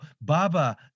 Baba